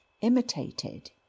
imitated